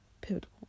pivotal